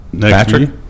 Patrick